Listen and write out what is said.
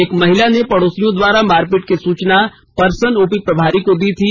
एक महिला ने पड़ोसियों द्वारा मारपीट करने की सूचना परसन ओपी प्रभारी को दी थी